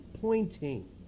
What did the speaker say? pointing